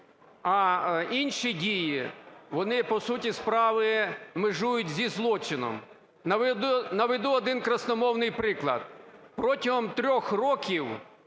А інші дії - вони, по суті справи, межують зі злочином. Наведу один красномовний приклад. Протягом трьох